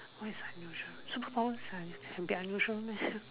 what is unusual superpower can be unusual meh